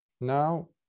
Now